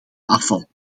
afval